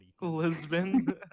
lisbon